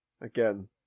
again